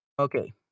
Okay